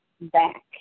back